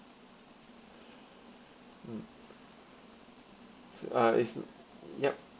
mm uh it's yup